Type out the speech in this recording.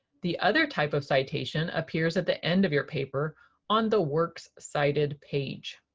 the other type of citation appears at the end of your paper on the works cited page.